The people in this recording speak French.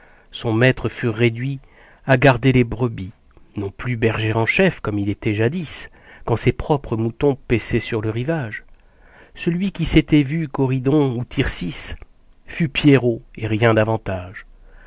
son maître fut réduit à garder les brebis non plus berger en chef comme il était jadis quand ses propres moutons paissaient sur le rivage celui qui s'était vu coridon ou tircis fut pierrot et rien davantage